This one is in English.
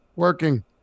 Working